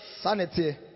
Sanity